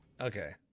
Okay